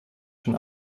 schon